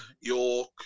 York